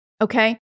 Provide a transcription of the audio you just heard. Okay